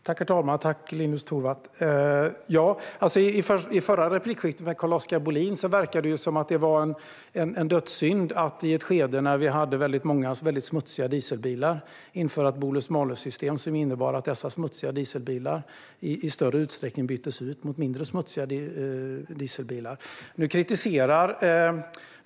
Herr talman! Tack, Lorentz Tovatt! I förra replikskiftet med Carl-Oskar Bohlin verkade det som att det var en dödssynd att, i ett skede när vi hade många väldigt smutsiga dieselbilar, införa ett bonus-malus-system som innebar att dessa smutsiga dieselbilar i större utsträckning byttes ut mot mindre smutsiga dieselbilar.